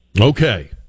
Okay